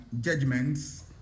Judgments